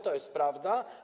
To jest prawda.